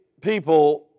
people